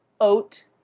oat